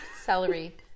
Celery